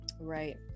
Right